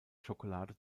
schokolade